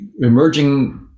emerging